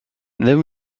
there